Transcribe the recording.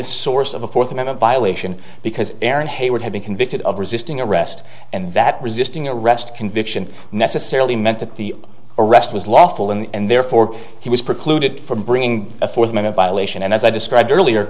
a source of a fourth amendment violation because aaron haywood had been convicted of resisting arrest and that resisting arrest conviction necessarily meant that the arrest was lawful in the end therefore he was precluded from bringing a fourth minute violation and as i described earlier